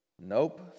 Nope